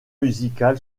musical